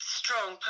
strong